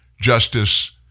Justice